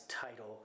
title